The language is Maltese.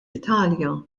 italja